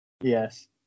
Yes